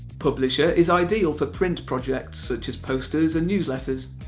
publisher is ideal for print projects such as posters and newsletters.